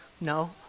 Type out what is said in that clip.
No